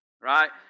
Right